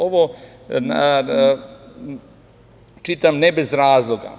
Ovo čitam ne bez razloga.